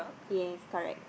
yes correct